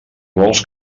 vols